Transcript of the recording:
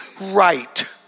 right